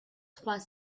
trois